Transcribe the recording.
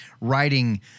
writing